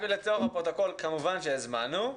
הזמנו.